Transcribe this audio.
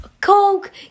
Coke